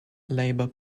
labour